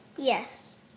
Yes